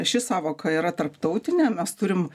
ši sąvoka yra tarptautinė mes turim